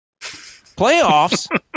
Playoffs